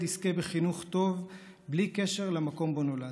יזכה בחינוך טוב בלי קשר למקום שבו נולד,